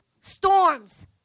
storms